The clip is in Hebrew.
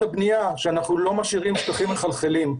הבנייה שאנחנו לא משאירים שטחים מחלחלים.